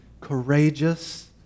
courageous